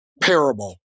parable